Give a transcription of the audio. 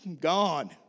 Gone